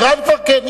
אירן כבר כן.